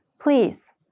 Please